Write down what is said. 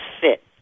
fit